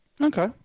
Okay